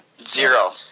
Zero